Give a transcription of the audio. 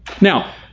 Now